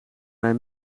mij